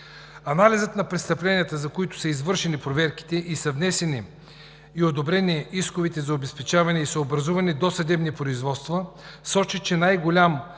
Анализът на престъпленията, за които са извършени проверките и са внесени и одобрени исковете за обезпечаване, и са образувани досъдебни производства, сочи, че най-голям